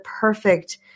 perfect